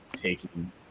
taking